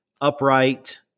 upright